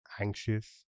Anxious